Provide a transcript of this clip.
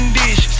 dish